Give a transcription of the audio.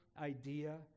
idea